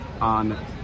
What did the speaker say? on